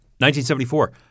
1974